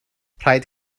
rhaid